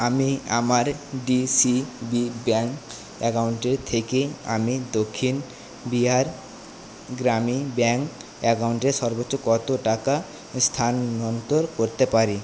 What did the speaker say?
আমি আমার DCB bank অ্যাকাউন্টের থেকে আমি দক্ষিণ বিহার গ্রামীণ ব্যাংক অ্যাকাউন্টে সর্বোচ্চ কতো টাকা স্থানান্তর করতে পারি